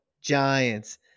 Giants